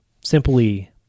Simply